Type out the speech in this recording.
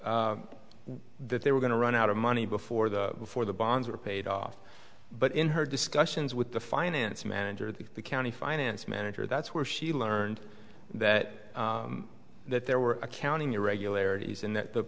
that they were going to run out of money before the before the bonds were paid off but in her discussions with the finance manager the county finance manager that's where she learned that that there were accounting irregularities and that the